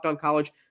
college